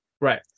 Right